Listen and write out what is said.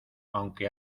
aunque